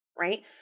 right